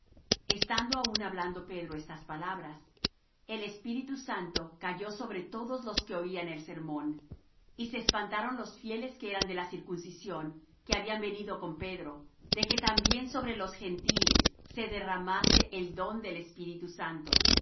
estando aún hablando pedro estas palabras el espíritu santo cayó sobre todos los que oían el sermón y se espantaron los fieles que eran de la circuncisión que habían venido con pedro de que también sobre los gentiles se derramase el don del espíritu santo